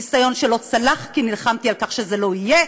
ניסיון שלא צלח, כי נלחמתי על כך שזה לא יהיה?